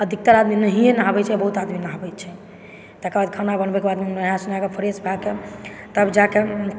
अधिकतर आदमी नहिये नहाबै छै बहुत आदमी नहाबै छै तकर बाद खाना बनबैके बाद नहा सोना कऽ फ्रेश भए कऽ तब जा कऽ